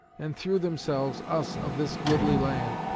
and, through themselves, us, of this goodly land,